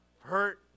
hurt